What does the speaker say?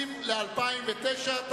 ל-2009.